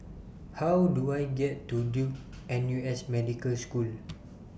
How Do I get to Duke N U S Medical School